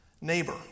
Neighbor